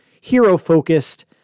hero-focused